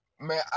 man